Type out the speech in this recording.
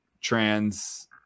trans